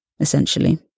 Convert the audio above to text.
essentially